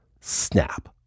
snap